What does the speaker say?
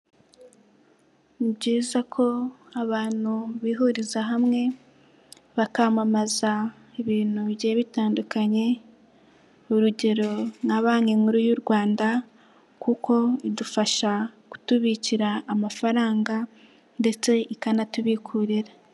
Ni byiza ko abantu bihuriza hamwe bakamamaza ibintu bigiye bitandukanye. Urugero nka Banki Nkuru y'u Rwanda, kuko idufasha kutubikira amafaranga ndetse ikanatubikurira.